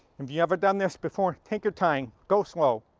if you've never done this before, take your time. go slow.